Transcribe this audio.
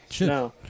No